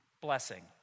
Blessing